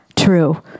True